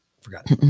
forgot